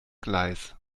gleis